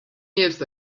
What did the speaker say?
years